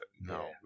no